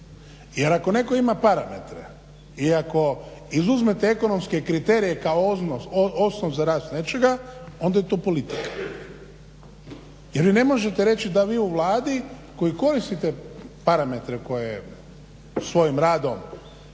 Jer ako netko ima parametre i ako izuzmete ekonomske kriterije kao osnov za rad nečega onda je to politika. Jer vi ne možete reći da vi u Vladi koji koristite parametre koje svojim radom